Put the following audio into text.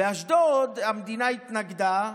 באשדוד המדינה התנגדה,